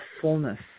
fullness